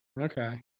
Okay